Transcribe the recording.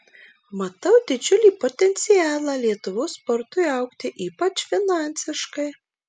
matau didžiulį potencialą lietuvos sportui augti ypač finansiškai